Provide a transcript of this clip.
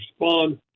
respond